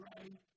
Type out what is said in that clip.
Right